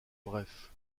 bref